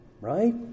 right